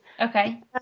Okay